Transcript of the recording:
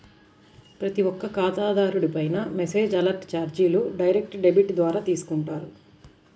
ప్రతి ఒక్క ఖాతాదారుడిపైనా మెసేజ్ అలర్ట్ చార్జీలు డైరెక్ట్ డెబిట్ ద్వారా తీసుకుంటారు